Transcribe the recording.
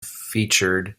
featured